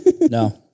No